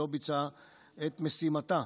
שלא ביצעה את משימתה.